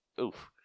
Oof